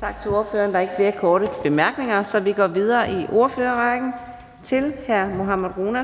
Tak til ordføreren. Der er ikke flere korte bemærkninger, så vi går videre i ordførerrækken, og nu er